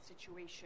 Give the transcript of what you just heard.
situation